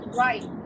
right